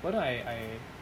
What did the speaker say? why not I I